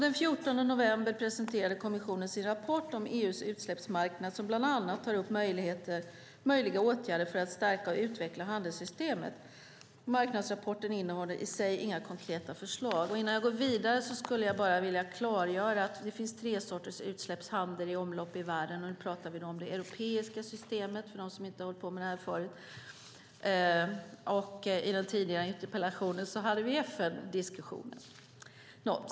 Den 14 november presenterade kommissionen sin rapport om EU:s utsläppsmarknad som bland annat tar upp möjliga åtgärder för att stärka och utveckla handelssystemet. Marknadsrapporten innehåller inga konkreta lagförslag. Innan jag går vidare vill jag klargöra att det finns tre sorters utsläppshandel i världen, och nu talar vi om det europeiska systemet. I den tidigare interpellationsdebatten handlade det om FN.